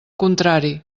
contrari